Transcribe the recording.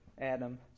adam